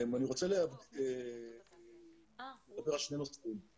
אני רוצה לדבר על שני נושאים: